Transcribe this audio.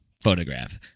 photograph